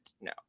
no